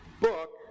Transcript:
book